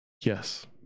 Yes